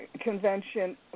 convention